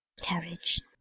Carriage